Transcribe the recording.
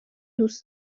دوست